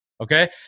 Okay